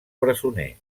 presoner